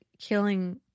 killing